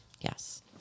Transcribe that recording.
yes